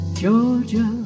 Georgia